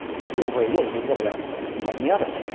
that's all very well but what about this and that and the other.